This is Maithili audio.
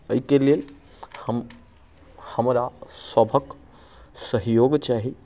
अइके लेल हम हमरा सभक सहयोग चाही